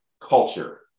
culture